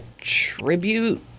tribute